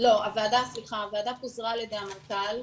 לא, הוועדה פוזרה על ידי המנכ"ל,